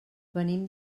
venim